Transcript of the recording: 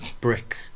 brick